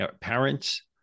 parents